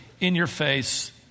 in-your-face